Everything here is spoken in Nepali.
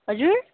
हजुर